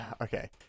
okay